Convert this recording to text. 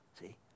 See